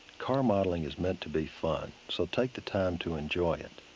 car modeling is meant to be fun, so take the time to enjoy it.